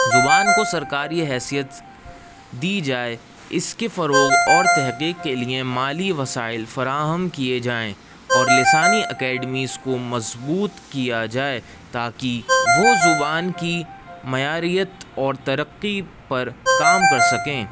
زبان کو سرکاری حیثیت دی جائے اس کے فروغ اور تحقیق کے لیے مالی وسائل فراہم کیے جائیں اور لسانی اکیڈمیز کو مضبوط کیا جائے تاکہ وہ زبان کی معیاریت اور ترقی پر کام کر سکیں